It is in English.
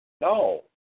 No